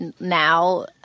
now